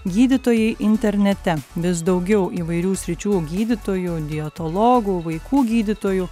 gydytojai internete vis daugiau įvairių sričių gydytojų dietologų vaikų gydytojų